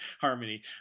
Harmony